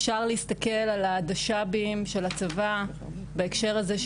אפשר להסתכל על העדשה של הצבא בהקשר הזה,